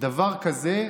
דבר כזה,